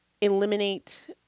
Eliminate